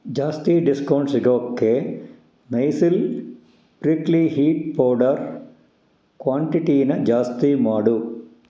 ಜಾಸ್ತಿ ಡಿಸ್ಕೌಂಟ್ ಸಿಗೋಕ್ಕೆ Nycil prickly heat powder ಕ್ವಾಂಟಿಟಿನ ಜಾಸ್ತಿ ಮಾಡು